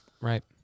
Right